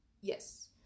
Yes